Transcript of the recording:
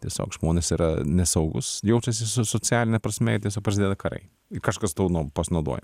tiesiog žmonės yra nesaugūs jaučiasi so socialine prasme prasideda karai kažkas tuo nu pasinaudoja